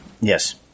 Yes